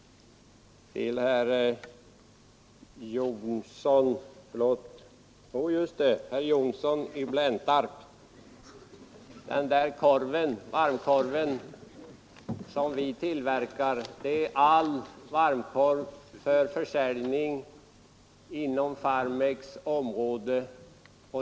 Till herr Johnsson i Blentarp vill jag säga, att den varmkorv som vi tillverkar är all varmkorv för försäljning inom Farmex område.